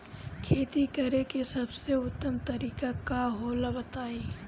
खेती करे के सबसे उत्तम तरीका का होला बताई?